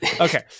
Okay